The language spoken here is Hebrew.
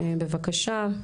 בבקשה,